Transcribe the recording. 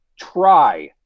try